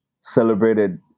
celebrated